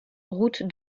route